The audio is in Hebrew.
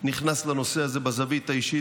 נכנס לנושא הזה מהזווית האישית,